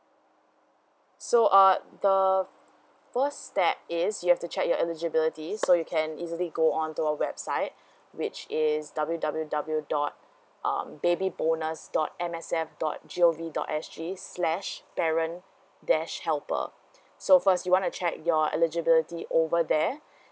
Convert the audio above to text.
so uh the first step is you have to check your eligibility so you can easily go on to our website which is W W W dot um baby bonus dot M S F dot G O V dot S G slash parent dash helper so first you want to check your eligibility over there